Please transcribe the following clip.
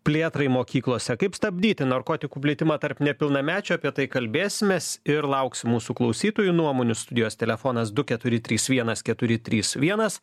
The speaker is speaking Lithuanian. plėtrai mokyklose kaip stabdyti narkotikų plitimą tarp nepilnamečių apie tai kalbėsimės ir lauksim mūsų klausytojų nuomonių studijos telefonas du keturi trys vienas keturi trys vienas